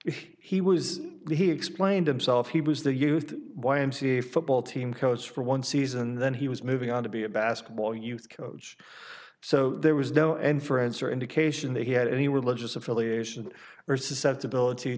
he was he explained himself he was the youth y m c a football team coach for one season then he was moving on to be a basketball youth coach so there was no end for answer indication that he had any religious affiliation or susceptibility